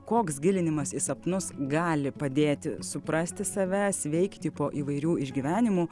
koks gilinimas į sapnus gali padėti suprasti save sveikti po įvairių išgyvenimų